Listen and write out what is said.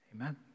Amen